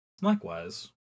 likewise